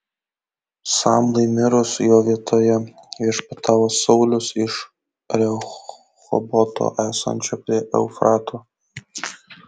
samlai mirus jo vietoje viešpatavo saulius iš rehoboto esančio prie eufrato